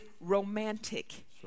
romantic